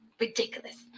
ridiculous